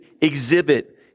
exhibit